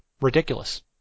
ridiculous